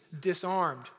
disarmed